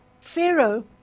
Pharaoh